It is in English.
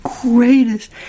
greatest